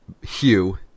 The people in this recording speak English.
Hugh